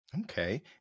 okay